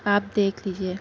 آپ دیکھ لیجیے